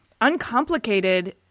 uncomplicated